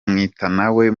mwitenawe